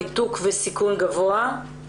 ניתוק וסיכון גבוה.